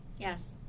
Yes